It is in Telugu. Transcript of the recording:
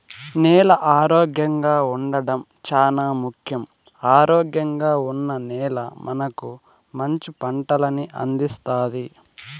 నేల ఆరోగ్యంగా ఉండడం చానా ముఖ్యం, ఆరోగ్యంగా ఉన్న నేల మనకు మంచి పంటలను అందిస్తాది